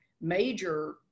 major